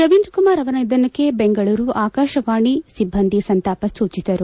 ರವೀಂದ್ರ ಕುಮಾರ್ ಅವರ ನಿಧನಕ್ಕೆ ಬೆಂಗಳೂರು ಆಕಾಶವಾಣಿ ಸಿಬ್ಬಂದಿ ಸಂತಾಪ ಸೂಚಿಸಿದರು